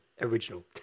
original